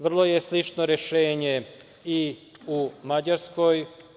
Vrlo je slično rešenje i u Mađarskoj.